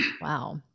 Wow